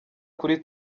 kuri